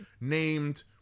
named